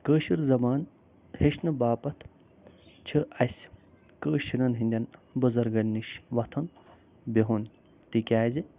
کٲشِر زبان ہیٚچھنہٕ باپتھ چھِ اَسہِ کٲشرٮ۪ن ہٕنٛدٮ۪ن بُزرگن نِش وۅتھُن بِہُن تِکیٛازِ